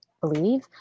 believe